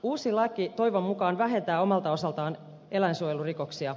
uusi laki toivon mukaan vähentää omalta osaltaan eläinsuojelurikoksia